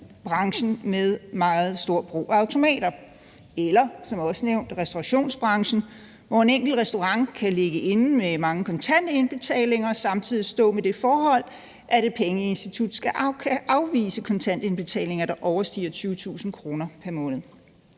branchen med meget stort brug af automater, eller, som det også er nævnt, restaurationsbranchen, hvor en enkelt restaurant kan ligge inde med mange kontante indbetalinger og samtidig stå med det forhold, at et pengeinstitut skal afvise kontantindbetalinger, der overstiger 20.000 kr. pr. måned.